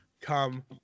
come